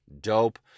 dope